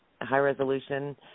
high-resolution